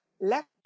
left